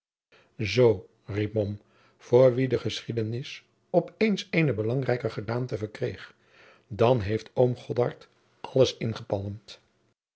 mom voor wien de geschiedenis op eens eene belangrijker gedaante verkreeg dan heeft oom godard alles ingepalmd